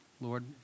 Lord